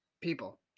people